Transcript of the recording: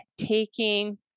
taking